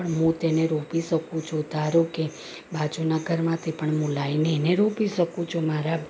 પણ હું તેને રોપી શકું છું ધારોકે બાજુના ઘરમાંથી લાઈને એને રોપી શકું છું મારા